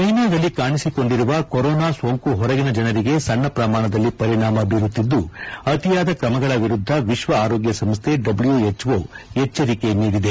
ಚೀನಾದಲ್ಲಿ ಕಾಣಿಸಿಕೊಂಡಿರುವ ಕೊರೊನಾ ಸೋಂಕು ಹೊರಗಿನ ಜನರಿಗೆ ಸಣ್ಣ ಪ್ರಮಾಣದಲ್ಲಿ ಪರಿಣಾಮ ಬೀರುತ್ತಿದ್ದು ಅತಿಯಾದ ಕ್ರಮಗಳ ವಿರುದ್ಧ ವಿಶ್ವ ಆರೋಗ್ಯ ಸಂಸ್ಥೆ ಡಬ್ಲ್ಯೂಹೆಚ್ ಓ ಎಚ್ವರಿಕೆ ನೀಡಿದೆ